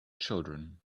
children